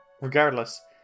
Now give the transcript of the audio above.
Regardless